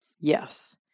Yes